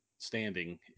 standing